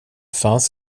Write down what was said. fanns